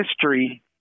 history